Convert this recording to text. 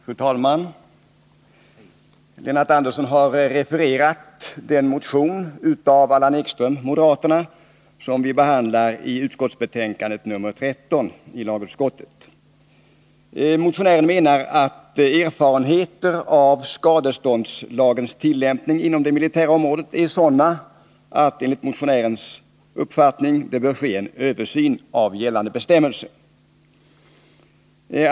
Fru talman! Lennart Andersson har refererat den motion av Allan Ekström, moderaterna, som vi behandlat i lagutskottets betänkande nr 13. Motionären menar att erfarenheterna av skadeståndslagens tillämpning inom det militära området är sådana att det bör ske en översyn av gällande bestämmelser.